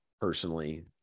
personally